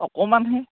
অকণমান হে